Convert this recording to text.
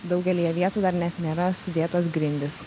daugelyje vietų dar net nėra sudėtos grindys